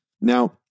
Now